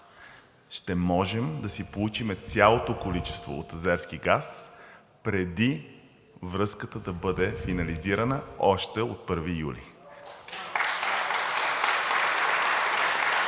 Ще можем да си получим цялото количество от азерски газ, преди връзката да бъде финализирана, още от 1 юли. (Възгласи: